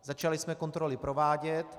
Začali jsme kontroly provádět.